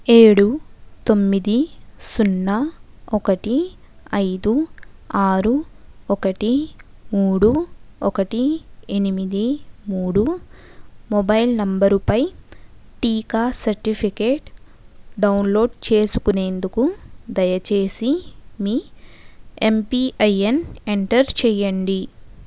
ఏడు తొమ్మిది సున్నా ఒకటి ఐదు ఆరు ఒకటి మూడు ఒకటి ఎనిమిది మూడు మొబైల్ నంబరుపై టీకా సర్టిఫికేట్ డౌన్లోడ్ చేసుకునేందుకు దయచేసి మీ ఎమ్పీఐఎన్ ఎంటర్ చేయండి